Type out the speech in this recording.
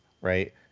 right